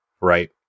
Right